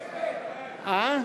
מה?